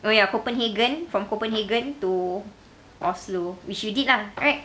oh ya copenhagen from copenhagen to oslo which you did lah right